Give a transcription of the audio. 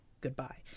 goodbye